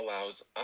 allows